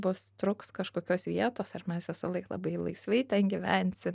bus truks kažkokios vietos ar mes visąlaik labai laisvai ten gyvensi